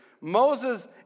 Moses